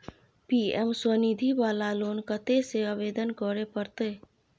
PM Svanidhi वाला loan कत्ते से आवेदन करे परतै?